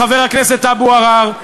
חבר הכנסת טלב אבו עראר,